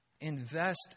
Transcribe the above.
Invest